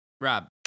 Rob